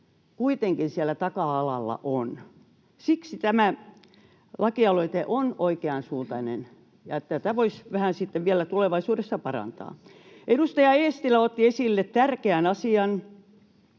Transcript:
kuitenkin siellä taka-alalla on. Siksi tämä lakialoite on oikeansuuntainen, ja tätä voisi vähän sitten vielä tulevaisuudessa parantaa. Edustaja Eestilä otti esille tärkeän asian.